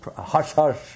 hush-hush